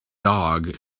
dog